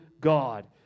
God